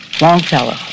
Longfellow